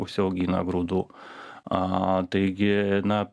užsiaugina grūdų a taigi na